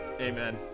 amen